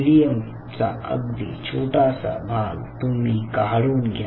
medium चा अगदी छोटासा भाग तुम्ही काढून घ्या